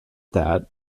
that